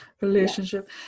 relationship